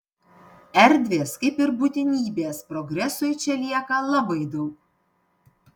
erdvės kaip ir būtinybės progresui čia lieka labai daug